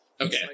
Okay